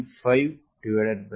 510 அல்லது 9